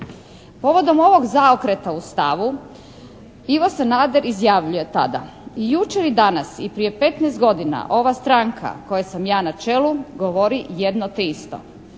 Povodom ovog zaokreta u stavu Ivo Sanader izjavljuje tada: «I jučer i danas, i prije 15 godina ova stranka kojoj sam ja na čelu govori jedno te isto».